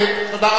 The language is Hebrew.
תודה רבה.